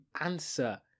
answer